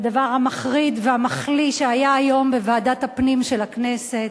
והדבר המחריד והמחליא שהיה היום בוועדת הפנים של הכנסת.